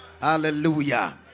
Hallelujah